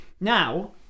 now